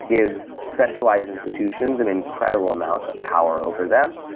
give centralized institutions an incredible amount of power over them,